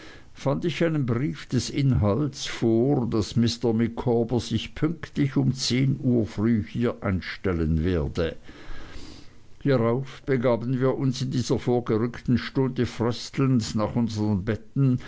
fand ich einen brief des inhalts vor daß mr micawber sich pünktlich um zehn uhr früh hier einstellen werde hierauf begaben wir uns in dieser vorgerückten stunde fröstelnd nach unsern betten